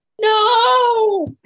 No